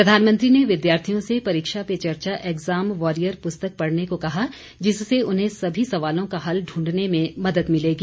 प्रधानमंत्री ने विद्यार्थियों से परीक्षा पे चर्चा एग्जाम वॉरियर पुस्तक पढ़ने को कहा जिससे उन्हें सभी सवालों का हल ढूंढने में मदद मिलेगी